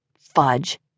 Fudge